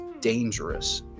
dangerous